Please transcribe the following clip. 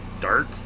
dark